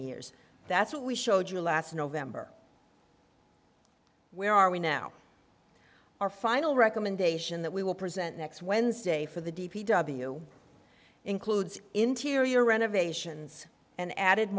years that's what we showed you last november where are we now our final recommendation that we will present next wednesday for the d p w includes interior renovations and added